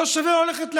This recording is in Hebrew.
לא שווה לו ללכת לעבוד.